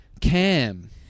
Cam